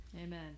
Amen